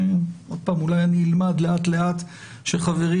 אולי אני אלמד לאט לאט שחברי,